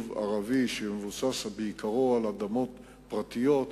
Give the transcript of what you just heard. ערבי שמבוסס בעיקרו על אדמות פרטיות,